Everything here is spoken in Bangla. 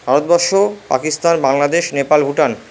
ভারতবর্ষ পাকিস্তান বাংলাদেশ নেপাল ভুটান